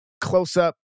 close-up